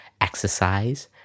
exercise